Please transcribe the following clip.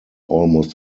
almost